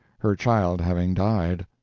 her child having died.